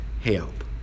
Help